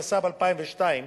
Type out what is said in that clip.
התשס"ב 2002,